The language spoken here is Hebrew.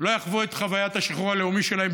לא יחוו את חוויית השחרור הלאומי שלהם,